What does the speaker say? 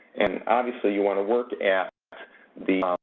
and obviously you want to work at the